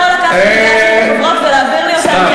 יכול לקחת מגפני את החוברות ולהעביר לי אותן,